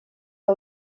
que